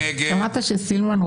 מי נגד?